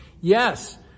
yes